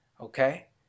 Okay